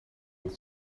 het